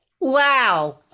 Wow